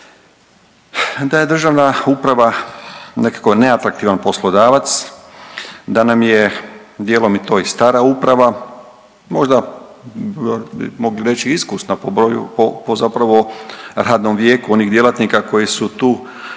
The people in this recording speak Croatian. da je državna uprava nekako neatraktivan poslodavac, da nam je dijelom to i stara uprava, možda bi mogli reći iskusna po broju, po zapravo radnom vijeku onih djelatnika koji su tu